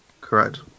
correct